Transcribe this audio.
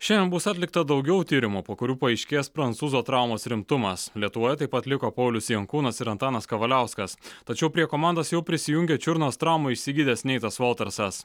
šiandien bus atlikta daugiau tyrimų po kurių paaiškės prancūzo traumos rimtumas lietuvoje taip pat liko paulius jankūnas ir antanas kavaliauskas tačiau prie komandos jau prisijungė čiurnos traumą išsigydęs neitas voltersas